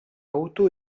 auto